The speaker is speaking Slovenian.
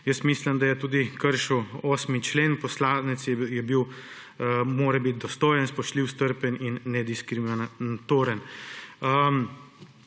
Jaz mislim, da je tudi kršil 8. člen, poslanec mora biti dostojen, spoštljiv, strpen in nediskriminatoren.